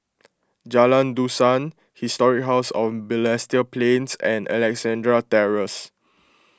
Jalan Dusan Historic House of Balestier Plains and Alexandra Terrace